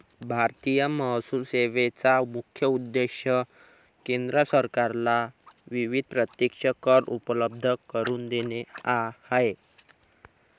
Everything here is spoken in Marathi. भारतीय महसूल सेवेचा मुख्य उद्देश केंद्र सरकारला विविध प्रत्यक्ष कर उपलब्ध करून देणे हा आहे